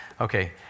Okay